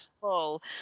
full